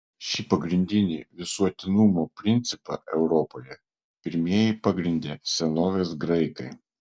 šį pagrindinį visuotinumo principą europoje pirmieji pagrindė senovės graikai